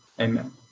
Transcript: amen